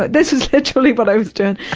this is literally what i was doing.